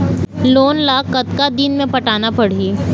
Loan ला कतका दिन मे पटाना पड़ही?